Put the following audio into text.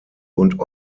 und